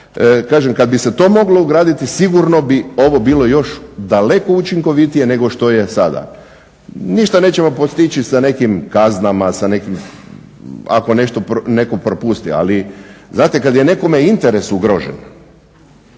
kad bi se to moglo ugraditi sigurno bi ovo bilo još daleko učinkovitije nego što je sada. Ništa nećemo postići sa nekim kaznama, ako netko nešto propusti, ali znate kad je nekome interes ugrožen